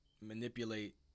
manipulate